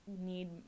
need